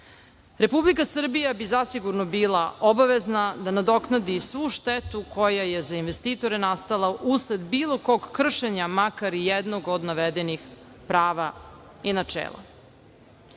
načelu. Republika Srbija bi zasigurno bila obavezna da nadoknadi svu štetu koja je za investitore nastala usred bilo kog kršenja, makar i jednog od navedenih prava i načela. Sada